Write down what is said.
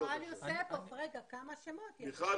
מיכל יוספוב, בבקשה.